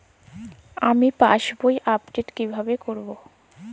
আমি পাসবই আপডেট কিভাবে করাব?